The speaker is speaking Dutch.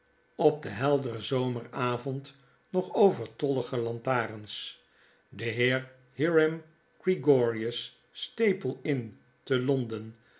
op den helderen zomeravond nog overtollige lantaarns de heer hiram grewgious staple inn te londen